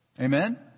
Amen